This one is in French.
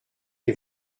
est